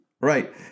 right